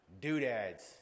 doodads